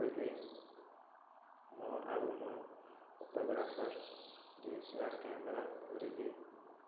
କହିଲେ ମୁଁ ଆଉ ମୋ photographer D S L R camera ଧରିକି